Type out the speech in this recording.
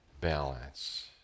balance